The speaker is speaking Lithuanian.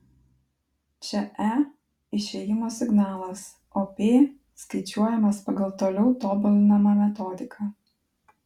čia e išėjimo signalas o p skaičiuojamas pagal toliau tobulinamą metodiką